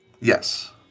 Yes